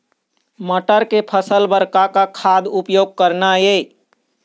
मटर के फसल बर का का खाद के उपयोग करना ये?